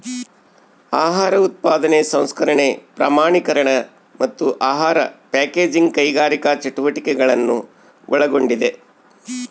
ಆಹಾರ ಉತ್ಪಾದನೆ ಸಂಸ್ಕರಣೆ ಪ್ರಮಾಣೀಕರಣ ಮತ್ತು ಆಹಾರ ಪ್ಯಾಕೇಜಿಂಗ್ ಕೈಗಾರಿಕಾ ಚಟುವಟಿಕೆಗಳನ್ನು ಒಳಗೊಂಡಿದೆ